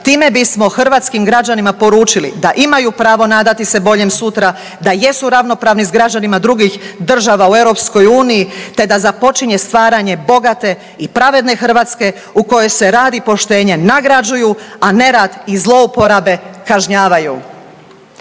Time bismo hrvatskim građanima poručili da imaju pravo nadati se boljem sutra, da jesu ravnopravni s građanima drugih država u Europskoj uniji te da započinje stvaranje bogate i pravedne Hrvatskoj u kojoj se rad i poštenje nagrađuju, a nerad i zlouporabe kažnjavaju.